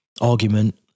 argument